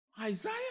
Isaiah